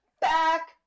Back